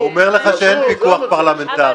הוא אומר לך שאין פיקוח פרלמנטרי.